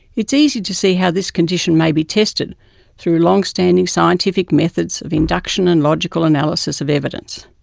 it is easy to see how this condition may be tested through long-standing scientific methods of induction and logical analysis of evidence.